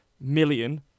million